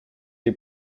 les